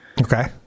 Okay